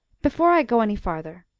before i go any farther,